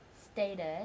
stated